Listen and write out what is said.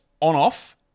on-off